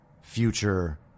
future